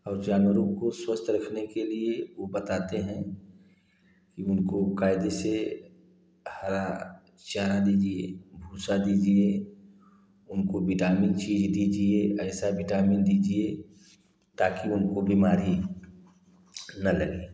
और जानवरों को स्वस्थ रखने के लिए वो बताते हैं कि उनको कायदे से हरा चारा दीजिए भूसा दीजिए उनको विटामीन चीज़ दीजिए ऐसा विटामीन दीजिए ताकि उनको बीमारी ना लगे